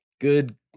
Good